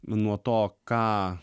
nuo to ką